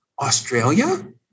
Australia